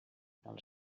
del